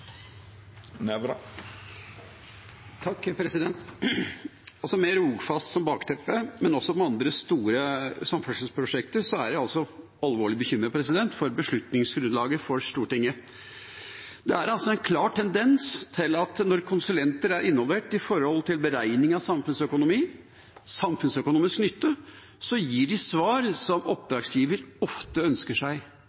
Rogfast som bakteppe, men også med andre store samferdselsprosjekter, er jeg alvorlig bekymret for beslutningsgrunnlaget til Stortinget. Det er altså en klar tendens til at når konsulenter er involvert i beregning av samfunnsøkonomi, samfunnsøkonomisk nytte, gir de ofte svar som